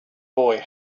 boy